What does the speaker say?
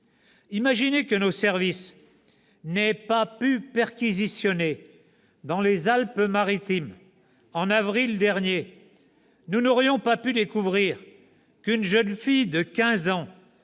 Imaginez que nos services n'aient pas pu perquisitionner dans les Alpes-Maritimes en avril dernier : nous n'aurions pas pu découvrir qu'une jeune fille de quinze